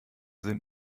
sind